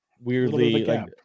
weirdly